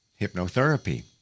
Hypnotherapy